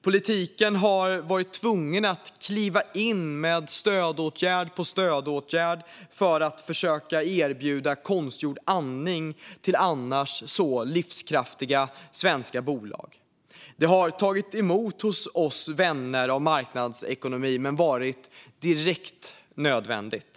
Politiken har varit tvungen att kliva in med stödåtgärd på stödåtgärd för att försöka erbjuda konstgjord andning till annars livskraftiga svenska bolag. Det har tagit emot hos oss vänner av marknadsekonomi, men det har varit direkt nödvändigt.